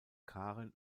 karen